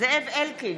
זאב אלקין,